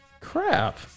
Crap